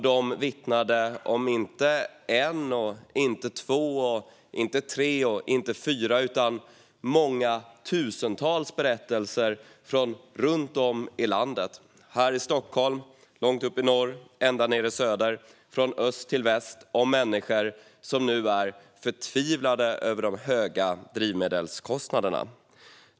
De vittnade om inte en, två, tre eller fyra utan många tusentals berättelser från platser runt om i landet - här i Stockholm, långt uppe i norr, ända nere i söder, från öst till väst - om människor som nu är förtvivlade över de höga drivmedelskostnaderna.